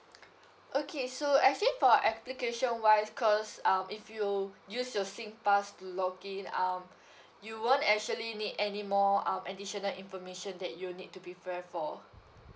okay so actually for application wise cause um if you use your SingPass to login um you won't actually need any more um additional information that you need to prepare for